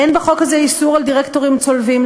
אין בחוק הזה איסור על דירקטורים צולבים,